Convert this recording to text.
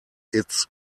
its